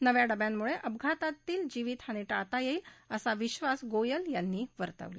नव्या डब्यांमुळे अपघातातली जीवीत हानी टाळता येईल असा विश्वास गोयल यांनी वर्तवला